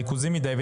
ריכוזי מדיי,